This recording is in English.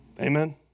Amen